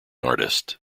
artist